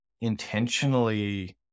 intentionally